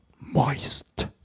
moist